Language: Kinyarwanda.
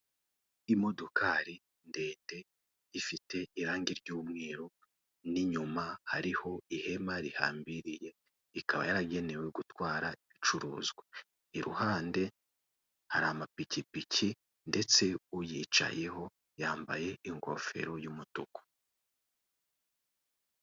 Imodokari ndende ifite irangi ry'umweru, n'inyuma hariho ihema rihambiriye, ikaba yaragenewe gutwara ibicuruzwa. Iruhande hari amapikipiki ndetse uyicayeho yambaye ingofero y'umutuku